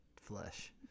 flesh